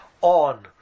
on